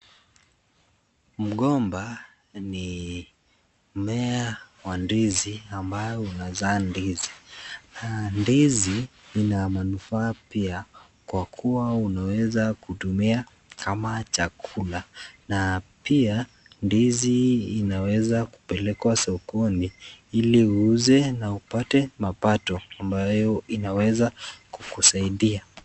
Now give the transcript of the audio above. Mgomba ni mmea wa ndizi ambao unazaa ndizi. Ndizi ina manufaa pia kwa kuwa unaweza kutumia kama chakula na pia ndizi inaweza kupelekwa sokoni ili uuze na upate mapato ambayo inaweza kukusaidia.